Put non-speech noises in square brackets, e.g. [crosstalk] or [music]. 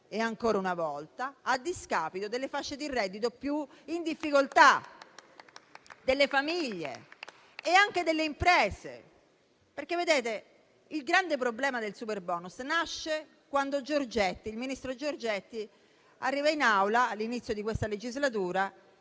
e ancora una volta a discapito delle fasce di reddito più in difficoltà, [applause] delle famiglie e anche delle imprese. Il grande problema del superbonus nasce quando il ministro Giorgetti, arrivato in Aula all'inizio di questa legislatura,